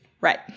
right